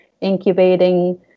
incubating